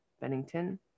Bennington